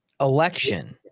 election